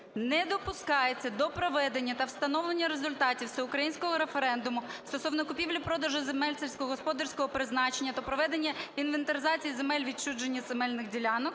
"Не допускається до проведення та встановлення результатів всеукраїнського референдуму стосовно купівлі-продажу земель сільськогосподарського призначення та проведення інвентаризації земель відчуження земельних ділянок